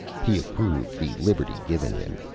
he approved the liberty given him.